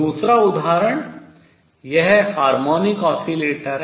दूसरा उदाहरण यह हार्मोनिक ऑसिलेटर है